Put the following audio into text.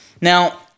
Now